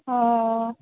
অঁ